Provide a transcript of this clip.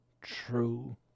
True